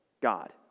God